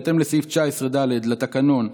בהתאם לסעיף 19(ד) לתקנון,